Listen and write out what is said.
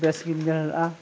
ᱵᱮᱥ ᱜᱮᱢ ᱧᱮᱞᱚᱜᱼᱟ